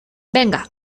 venga